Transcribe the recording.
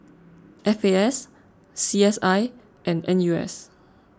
F A S C S I and N U S